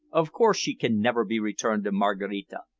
of course she can never be returned to maraquita,